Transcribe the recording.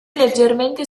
leggermente